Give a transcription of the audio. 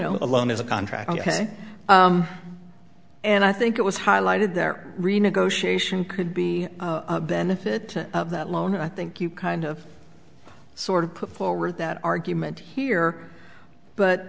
know a loan is a contract ok and i think it was highlighted there renegotiation could be a benefit of that loan and i think you kind of sort of put forward that argument here but